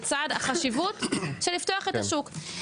לצד החשיבות של לפתוח את השוק.